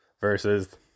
versus